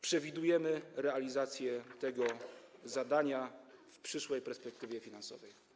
Przewidujemy realizację tego zadania w przyszłej perspektywie finansowej.